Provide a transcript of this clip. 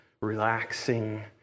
relaxing